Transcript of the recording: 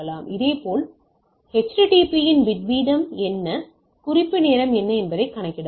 இதேபோல் HTTP இன் bit வீதம் என்ன குறிப்பு நேரம் என்ன என்பதை கணக்கிடலாம்